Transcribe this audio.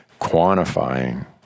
quantifying